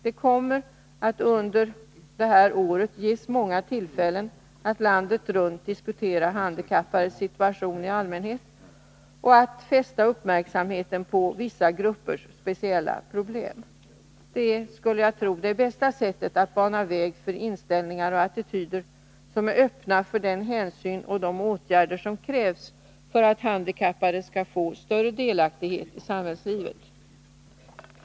Det kommer att under det här året ges många tillfällen att landet runt diskutera handikappades situation i allmänhet och att fästa uppmärksamheten på vissa gruppers speciella problem. Det är, skulle jag tro, det bästa sättet att bana väg för inställningar och attityder som är öppna för den hänsyn och de åtgärder som krävs för att handikappade skall få större delaktighet i samhällslivet.